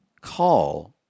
Call